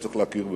וצריך להכיר בהן.